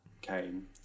came